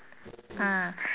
mm